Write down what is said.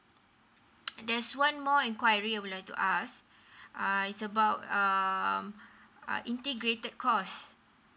there's one more inquiry I would like to ask uh it's about um are integrated course